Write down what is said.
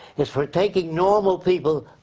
it's for taking normal people,